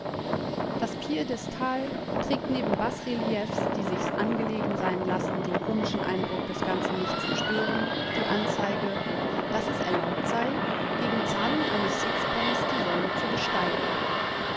das piedestal trägt neben basreliefs die sich's angelegen sein lassen den komischen eindruck des ganzen nicht zu stören die anzeige daß es erlaubt sei gegen zahlung eines sixpence die säule zu besteigen